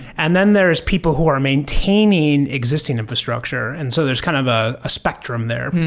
and then there is people who are maintaining existing infrastructure. and so there's kind of ah a spectrum there.